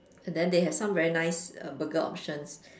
and then they have some very nice burger options